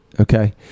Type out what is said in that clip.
Okay